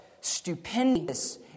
stupendous